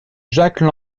jacques